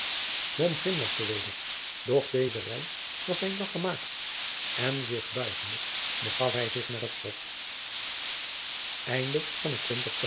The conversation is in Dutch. doch deze reis was zijn lagch gemaakt en zich buigende begaf hij zich naar het slot